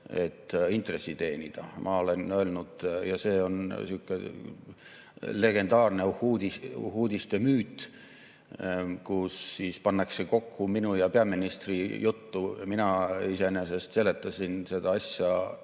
et intressi teenida. See on selline legendaarne uhuudiste müüt, kus pannakse kokku minu ja peaministri juttu. Mina iseenesest seletasin seda asja